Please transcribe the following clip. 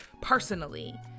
personally